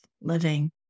living